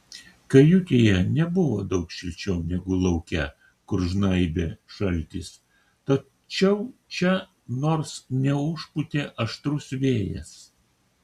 kajutėje nebuvo daug šilčiau negu lauke kur žnaibė šaltis tačiau čia nors neužpūtė aštrus vėjas